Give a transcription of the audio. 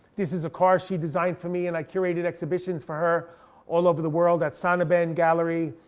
this is a car she designed for me. and i curated exhibitions for her all over the world, at sonnabend gallery.